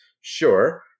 Sure